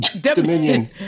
Dominion